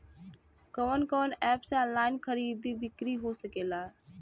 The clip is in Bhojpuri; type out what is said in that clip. कवन कवन एप से ऑनलाइन खरीद बिक्री हो सकेला?